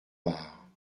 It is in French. barre